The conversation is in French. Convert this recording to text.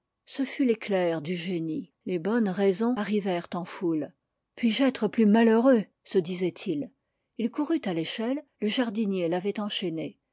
ce fut l'éclair du génie les bonnes raisons arrivèrent en foule puis-je être plus malheureux se disait-il il courut à l'échelle le jardinier l'avait enchaînée